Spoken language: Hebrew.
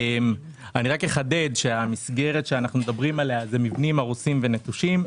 אני רק אחדד שהמסגרת שאנחנו מדברים עליה היא מבנים הרוסים ונטושים,